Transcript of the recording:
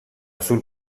sul